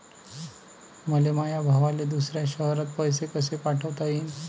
मले माया भावाले दुसऱ्या शयरात पैसे कसे पाठवता येईन?